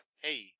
Hey